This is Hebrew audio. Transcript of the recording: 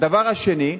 הדבר השני,